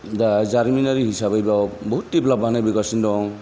दा जारिमिनारि हिसाबै बेयाव बुहुथ देभ्लप आनो फैगासिनो दं